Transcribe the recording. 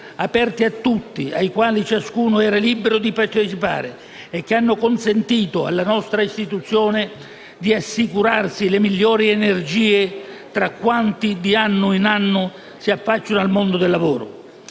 aperti a tutti e ai quali ciascuno era libero di partecipare, e che hanno consentito alla nostra Istituzione di assicurarsi le migliori energie tra quanti di anno in anno si affacciavano al mondo del lavoro.